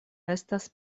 estas